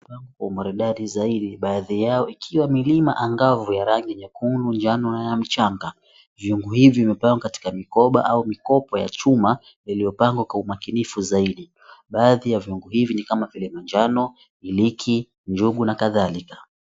Kwa umaridadi zaidi baadhi yao ikiwa milima angavu ya rangi nyekundu, njano na ya mchanga, vyungu hivi vimepangwa katika mikoba au mikopo ya chuma iliyopangwa kwa umakinifu zaidi. Baadhi ya vyungu hivi ni kama vile majano, iliki, njugu na kadhalika.